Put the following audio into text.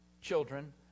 children